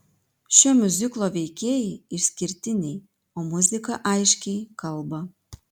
šio miuziklo veikėjai išskirtiniai o muzika aiškiai kalba